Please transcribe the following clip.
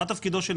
מה תפקידו?